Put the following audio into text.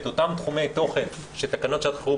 את אותם תחומי תוכן שתקנות שעת החירום